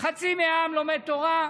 חצי מהעם לומד תורה,